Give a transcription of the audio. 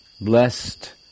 blessed